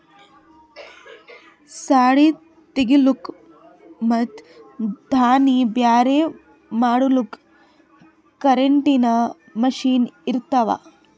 ಸದೀ ತೆಗಿಲುಕ್ ಮತ್ ದಾಣಿ ಬ್ಯಾರೆ ಮಾಡಲುಕ್ ಕರೆಂಟಿನ ಮಷೀನ್ ಇರ್ತಾವ